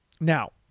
Now